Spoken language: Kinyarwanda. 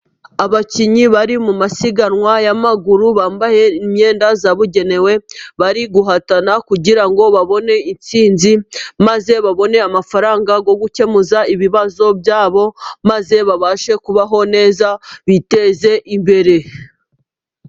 Abakinnyi bari mu masiganwa y'amaguru, bambaye imyenda yabugenewe bari guhatana kugira ngo babone intsinzi, maze babone amafaranga yo gukemura ibibazo byabo ,maze babashe kubaho neza biteze imbere.